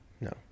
No